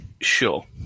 Sure